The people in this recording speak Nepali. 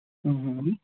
अँ